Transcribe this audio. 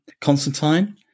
Constantine